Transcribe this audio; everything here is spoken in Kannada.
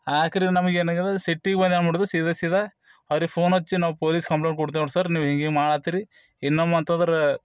ಆಕ್ರಿ ನಮ್ಗೇನು ಆಗ್ಯೆದ ಸಿಟ್ಟಿಗೆ ಬಂದು ಏನು ಮಾಡಿದೆವು ಸೀದಾ ಸೀದಾ ಅವ್ರಿಗೆ ಫೋನ್ ಹಚ್ಚಿ ನಾವು ಪೋಲಿಸ್ ಕಂಪ್ಲೇಂಟ್ ಕೊಡ್ತಿವಿ ನೋಡಿ ಸರ್ ನೀವು ಹೀಗೆ ಮಾಡ್ಹತ್ತಿರಿ ಇನ್ನೊಮ್ಮೆ ಅಂತಂದ್ರೆ